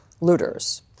looters